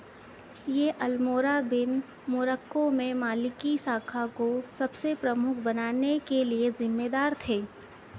ये Almoravid Morocco में Maliki शाखा को सबसे प्रमुख बनाने के लिए ज़िम्मेदार थे